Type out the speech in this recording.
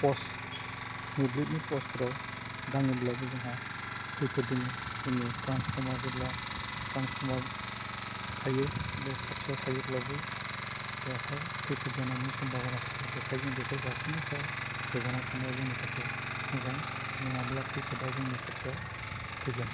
post मोब्लिबनि पस्टफोराव दाङोब्लाबो जोंहा खैफोद दोङो जोङो ट्रान्सफर्मा जेब्ला ट्रान्सफर्मा थायो बे खाथियाव थायोब्लाबो बेवहाय खैफोद जानायनि समभाबना थायो बेखाय जों बेफोर गासैनिफ्राय गोजानाव थानाया जोंनि थाखाय मोजां नङाब्ला खैफोदा जोंनि खाथियाव फैगोन